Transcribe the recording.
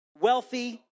Wealthy